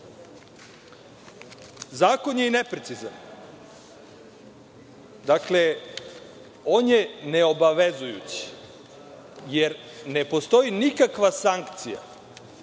Zakon je neprecizan. Dakle, on je neobavezujući. Jer, ne postoji nikakva sankcija